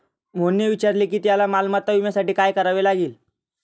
मोहनने विचारले की त्याला मालमत्ता विम्यासाठी काय करावे लागेल?